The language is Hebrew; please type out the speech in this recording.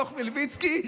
חנוך מלביצקי,